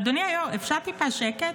אדוני היו"ר, אפשר טיפה שקט?